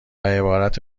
عبارت